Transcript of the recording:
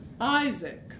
Isaac